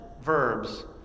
verbs